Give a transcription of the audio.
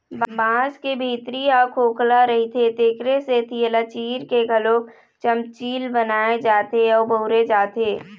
बांस के भीतरी ह खोखला रहिथे तेखरे सेती एला चीर के घलोक चमचील बनाए जाथे अउ बउरे जाथे